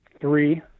three